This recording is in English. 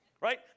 Right